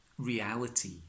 Reality